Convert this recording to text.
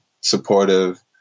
supportive